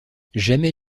jamais